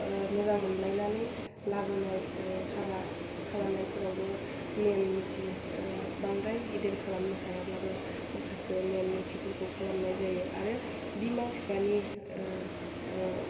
मोजां मोनलायनानै लाबोनाय एह हाबा खालामनायफोरावबो नेम निथि बांद्राय गिदिर खालामनो हायाब्लाबो माखासे नेम निथिफोरखौ खालामनाय जायो आरो बिमा बिफानि